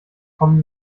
kommen